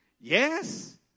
Yes